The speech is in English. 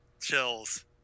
Chills